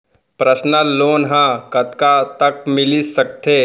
Personal loan ह कतका तक मिलिस सकथे?